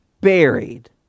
buried